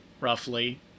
roughly